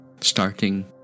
starting